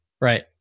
Right